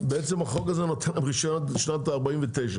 בעצם החוק הזה נותן להם רישיון עד שנת 2049,